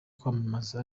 kumwamamaza